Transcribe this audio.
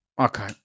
Okay